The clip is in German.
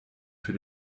für